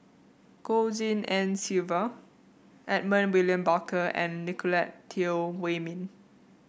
Goh Tshin En Sylvia Edmund William Barker and Nicolette Teo Wei Min